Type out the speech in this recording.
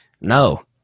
No